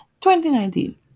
2019